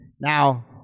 Now